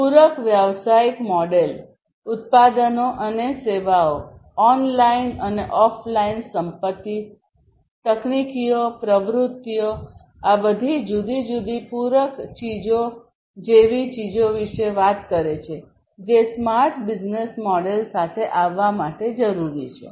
પૂરક વ્યવસાયિક મોડેલ ઉત્પાદનો અને સેવાઓ ઓનલાઇન અને ઓફલાઇન સંપત્તિ તકનીકીઓ પ્રવૃત્તિઓ આ બધી જુદી જુદી પૂરક ચીજો જેવી ચીજો વિશે વાત કરે છે જે સ્માર્ટ બિઝનેસ મોડેલ સાથે આવવા માટે જરૂરી છે